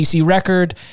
record